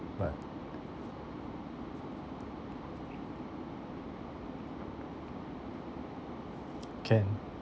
can